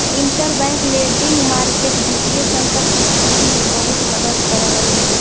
interbank lending market वित्तीय संकट के स्थिति में बहुत मदद करऽ हइ